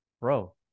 Bro